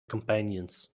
companions